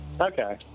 Okay